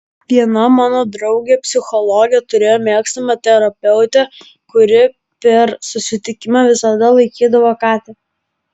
viena mano draugė psichologė turėjo mėgstamą terapeutę kuri per susitikimą visada laikydavo katę